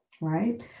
Right